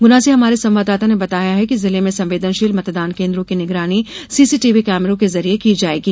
गुना से हमारे संवाददाता ने बताया है कि जिले में संवेदनशील मतदान केन्द्रों की निगरानी सीसीटीवी कैमरों के जरिए की जायेगी